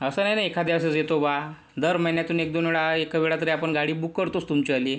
असं नाही ना एखाद्या वेळेसच येतो बा दर महिन्यातून एकदोन वेळा एक वेळा तरी आपण गाडी बुक करतोच तुमचीवाली